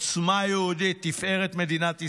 עוצמה יהודית, תפארת מדינת ישראל.